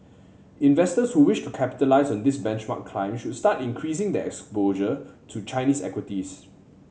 investors who wish to capitalise on this benchmark climb should start increasing their exposure to Chinese equities